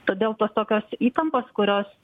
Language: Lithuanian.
todėl tos tokios įtampos kurios